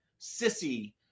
sissy